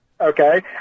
Okay